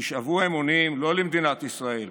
תישבעו אמונים לא למדינת ישראל,